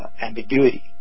ambiguity